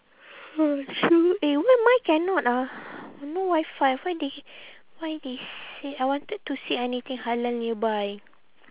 true eh why mine cannot ah no WiFi why they why they said I wanted to see anything halal nearby